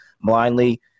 blindly